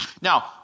Now